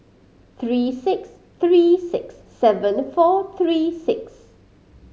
three six three six seven four three six